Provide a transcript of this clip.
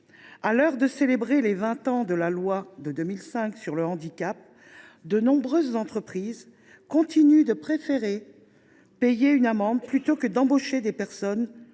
à l’heure de célébrer les 20 ans de la loi de 2005 sur le handicap, de nombreuses entreprises continuent de préférer payer une amende plutôt que d’embaucher des personnes